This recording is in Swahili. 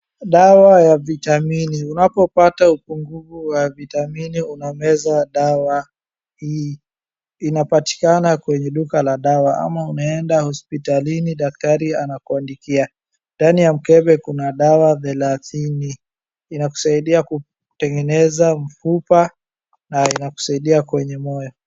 Dawa ya vitamini , unapopata upungufu wa vitamini unameza zawa hii. Inapatikana kwenye duka la dawa ama unaenda hospitalini daktari anakuandikia. Ndani ya mkebe kuna dawa thelatini , inakusaidia kutengeneza mfupa na inakusaidia kwenye moyo.